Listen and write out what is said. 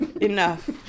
enough